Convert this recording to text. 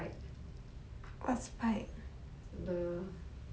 orh ya okay never mind I change to spike